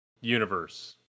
universe